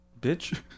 Bitch